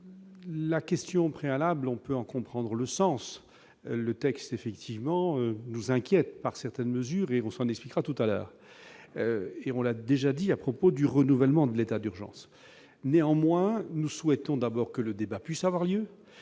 la question préalable, on peut en comprendre le sens, le texte effectivement nous inquiète par certaines mesures, et on s'en expliquera tout à l'heure et on l'a déjà dit à propos du renouvellement de l'état d'urgence, néanmoins, nous souhaitons d'abord que le débat puisse avoir lieu